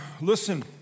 Listen